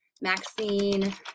Maxine